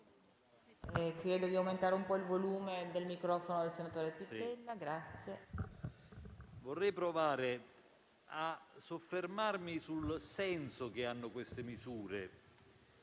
vorrei provare a soffermarmi sul senso che hanno queste misure,